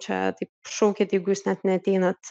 čia taip šaukiat jeigu jūs net neateinat